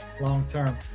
long-term